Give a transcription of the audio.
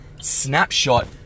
snapshot